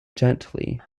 gently